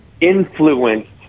influenced